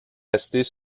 rester